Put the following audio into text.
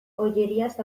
ollerias